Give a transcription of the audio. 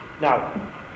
Now